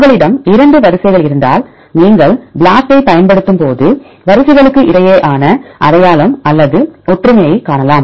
உங்களிடம் இரண்டு வரிசைகள் இருந்தால் நீங்கள் BLAST ஐப் பயன்படுத்தும் போது வரிசைகளுக்கிடையேயான அடையாளம் அல்லது ஒற்றுமையைக் காணலாம்